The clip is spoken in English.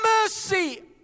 mercy